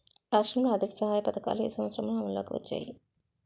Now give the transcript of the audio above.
రాష్ట్రంలో ఆర్థిక సహాయ పథకాలు ఏ సంవత్సరంలో అమల్లోకి వచ్చాయి?